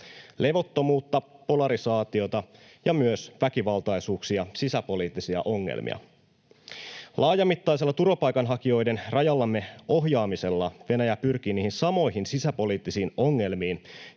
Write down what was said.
levottomuutta, polarisaatiota ja myös väkivaltaisuuksia, sisäpoliittisia ongelmia. Laajamittaisella turvapaikanhakijoiden rajallemme ohjaamisella Venäjä pyrkii niihin samoihin sisäpoliittisiin ongelmiin,